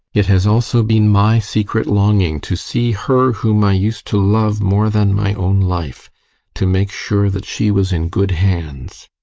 it has also been my secret longing to see her whom i used to love more than my own life to make sure that she was in good hands.